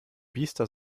biester